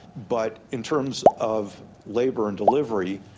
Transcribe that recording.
but in terms of labour and delivery,